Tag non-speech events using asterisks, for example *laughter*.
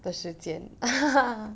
的时间 *laughs*